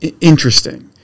interesting